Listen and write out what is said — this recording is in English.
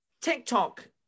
TikTok